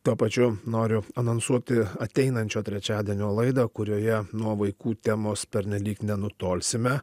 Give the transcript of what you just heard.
tuo pačiu noriu anonsuoti ateinančio trečiadienio laidą kurioje nuo vaikų temos pernelyg nenutolsime